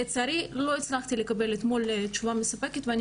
לצערי לא הצלחתי לקבל אתמול תשובה מספקת ואני